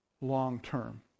long-term